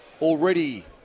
already